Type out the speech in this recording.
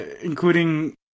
Including